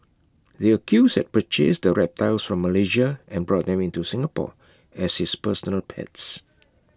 the accused had purchased the reptiles from Malaysia and brought them into Singapore as his personal pets